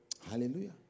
Hallelujah